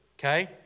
okay